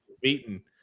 beaten